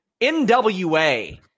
NWA